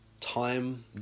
time